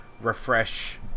refresh